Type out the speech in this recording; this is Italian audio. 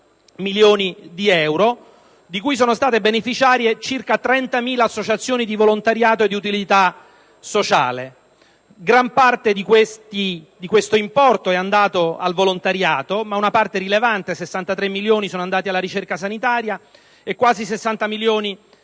milioni di euro, di cui sono state beneficiarie circa 30.000 associazioni di volontariato e utilità sociale. Gran parte di questo importo è andata al volontariato, ma una parte rilevante (63 milioni) è andata alla ricerca sanitaria e quasi 60 milioni